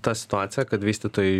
ta situacija kad vystytojai